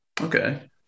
Okay